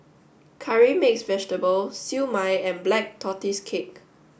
Curry Mixed Vegetable Siew Mai and Black Tortoise cake